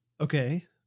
okay